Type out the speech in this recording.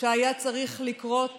שהיה צריך לקרות